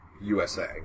USA